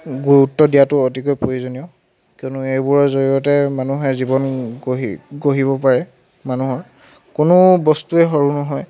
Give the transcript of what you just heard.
গুৰুত্ব দিয়াতো অতিকৈ প্ৰয়োজনীয় কিয়নো এইবোৰৰ জৰিয়তে মানুহে জীৱন গঢ়ি গঢ়িব পাৰে মানুহৰ কোনো বস্তুৱে সৰু নহয়